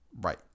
right